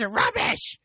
rubbish